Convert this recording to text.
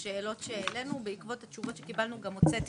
במקור לבין מה שקורה בשטח,